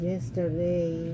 Yesterday